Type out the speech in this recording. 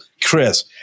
Chris